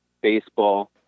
baseball